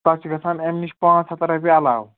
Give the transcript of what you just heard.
تَتھ چھِ گژھان اَمہِ نِش پانٛژھ ہَتھ رۄپیہِ علاوٕ